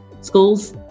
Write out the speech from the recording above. schools